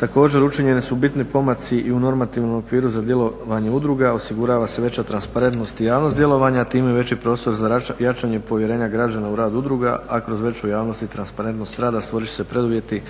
Također, učinjeni su bitni pomaci i u normativnom okviru za djelovanje udruga, osigurava se veća transparentnost i javnost djelovanja a time veći prostor za jačanje povjerenja građana u rad udruga. A kroz veću javnost i transparentnost rada stvorit će se preduvjeti